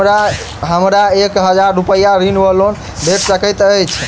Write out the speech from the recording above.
हमरा एक हजार रूपया ऋण वा लोन भेट सकैत अछि?